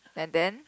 and then